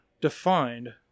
defined